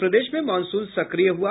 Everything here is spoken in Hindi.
और प्रदेश में मॉनसून सक्रिय हुआ